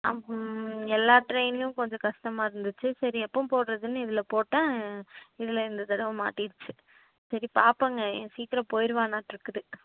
எல்லாம் ட்ரெயின்லேயும் கொஞ்சம் கஷ்டமாக இருந்துச்சு சரி எப்போவும் போடுறதுனு இதில் போட்டேன் இதில் இந்த தடவை மாட்டிருச்சு சரி பார்ப்போங்க சீக்ரம் போயிடுவானாட்டிருக்குது